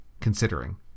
considering